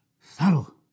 Subtle